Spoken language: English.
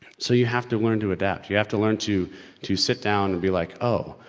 so you have to learn to adapt, you have to learn to to sit down and be like oh,